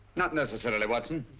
not necessarily, watson.